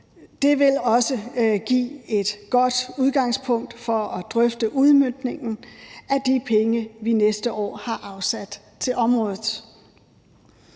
Det vil også give et godt udgangspunkt for at drøfte udmøntningen af de penge, vi næste år har afsat til området.